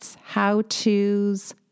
how-tos